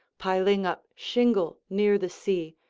piling up shingle near the sea,